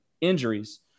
injuries